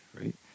right